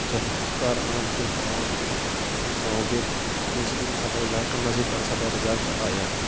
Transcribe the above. ਚਲੋ ਘਰ ਆਉਣ ਤੋਂ ਬਾਅਦ ਜੀ ਅਸੀਂ ਸੌਂ ਕੇ ਦੂਸਰੇ ਦਿਨ ਸਾਡਾ ਰਿਜ਼ਲਟ ਆਉਣਾ ਸੀ ਪਰ ਸਾਡਾ ਰਿਜ਼ਲਟ ਆਇਆ ਨਹੀਂ